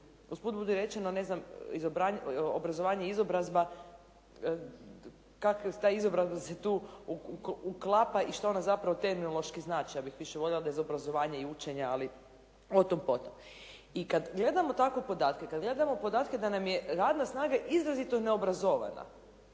Usput budi rečeno, ne znam obrazovanje i izobrazba, kako ta izobrazba se tu uklapa i šta onda zapravo tehnološki znači? Ja bih više voljela da je uz obrazovanje i učenje, ali o tom potom. I kad gledamo tako podatke, kad gledamo podatke da nam je radna snaga izrazito neobrazovana,